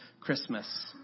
Christmas